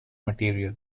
material